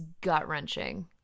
gut-wrenching